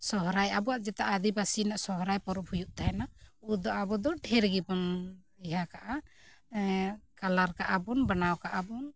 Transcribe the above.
ᱥᱚᱦᱚᱨᱟᱭ ᱟᱵᱚᱣᱟᱜ ᱡᱮᱴᱟ ᱟᱹᱫᱤᱵᱟᱹᱥᱤ ᱨᱮᱱᱟᱜ ᱥᱚᱦᱚᱨᱟᱭ ᱯᱚᱨᱚᱵ ᱦᱩᱭᱩᱜ ᱛᱟᱦᱮᱱᱟ ᱩᱱᱫᱚ ᱟᱵᱚ ᱫᱚ ᱰᱷᱮᱨ ᱜᱮᱵᱚᱱ ᱤᱭᱟᱹ ᱠᱟᱜᱼᱟ ᱠᱟᱞᱟᱨ ᱠᱟᱜᱼᱟ ᱵᱚᱱ ᱵᱮᱱᱟᱣ ᱠᱟᱜᱼᱟ ᱵᱚᱱ